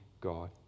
God